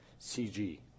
CG